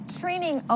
training